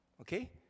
okay